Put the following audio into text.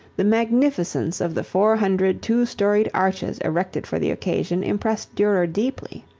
the magnificence of the four hundred two-storied arches erected for the occasion impressed durer deeply.